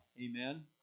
Amen